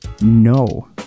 no